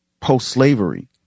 post-slavery